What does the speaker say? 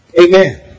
Amen